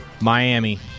Miami